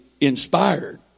inspired